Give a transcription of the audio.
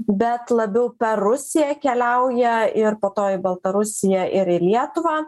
bet labiau per rusiją keliauja ir po to į baltarusiją ir į lietuvą